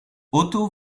otto